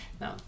No